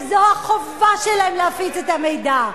וזו החובה שלהם להפיץ את המידע.